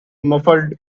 muffled